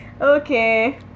okay